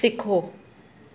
सिखो